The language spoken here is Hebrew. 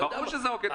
ברור שזה העוקץ המרכזי.